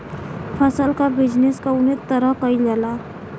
फसल क बिजनेस कउने तरह कईल जाला?